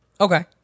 Okay